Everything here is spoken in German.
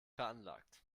veranlagt